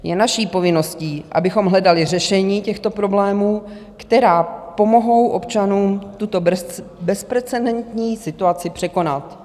Je naší povinností, abychom hledali řešení těchto problémů, která pomohou občanům tuto bezprecedentní situaci překonat.